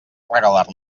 regalar